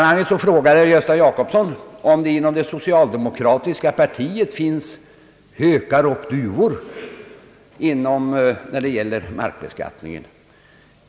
Herr Gösta Jacobsson frågade om det inom det socialdemokratiska partiet finns »hökar och duvor» när det gäller markvärdebeskattningen.